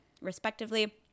respectively